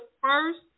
first